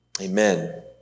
Amen